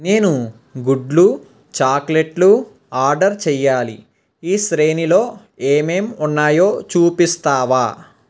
నేను గుడ్లు చాక్లెట్లు ఆర్డర్ చేయ్యాలి ఈ శ్రేణిలో ఏమేం ఉన్నాయో చూపిస్తావా